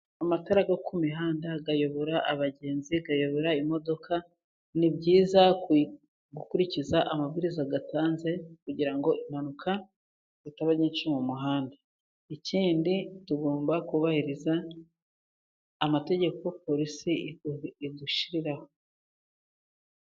Amatara yo ku mihanda ayobora abagenzi, akayobora imodoka ni byiza gukurikiza amabwiriza yatanzwe, kugira ngo impanuka zitaba nyinshi mu muhanda ikindi tugomba kubahiriza amategeko polisi idushiriraho.